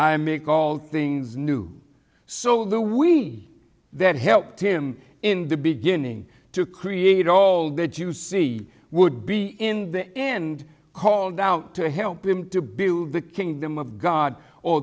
i make all things new so the we that helped him in the beginning to create all that you see would be in the end called out to help him to build the kingdom of god or